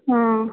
ఆ